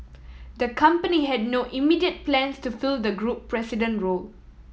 the company had no immediate plans to fill the group president role